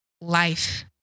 life